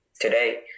today